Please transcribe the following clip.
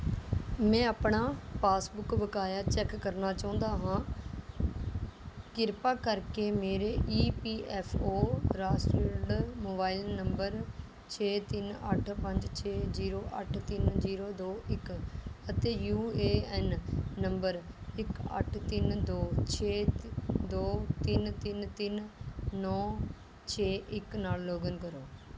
ਮੈਂ ਆਪਣਾ ਪਾਸਬੁੱਕ ਬਕਾਇਆ ਚੈੱਕ ਕਰਨਾ ਚਾਹੁੰਦਾ ਹਾਂ ਕਿਰਪਾ ਕਰਕੇ ਮੇਰੇ E P F O registered mobile number ਛੇ ਤਿੰਨ ਅੱਠ ਪੰਜ ਛੇ ਜ਼ੀਰੋ ਅੱਠ ਤਿੰਨ ਜ਼ੀਰੋ ਦੋ ਇੱਕ ਅਤੇ ਯੂ ਏ ਐੱਨ ਨੰਬਰ ਇੱਕ ਅੱਠ ਤਿੰਨ ਦੋ ਛੇ ਦੋ ਤਿੰਨ ਤਿੰਨ ਤਿੰਨ ਨੌਂ ਛੇ ਇੱਕ ਨਾਲ ਲੌਗਇਨ ਕਰੋ